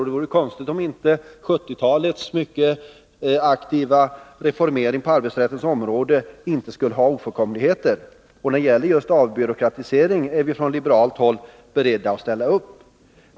Det vore konstigt om 1970-talets mycket aktiva reformarbete på arbetsrättens område inte skulle ha ofullkomligheter. En avbyråkratisering är vi från liberalt håll beredda att ställa upp på.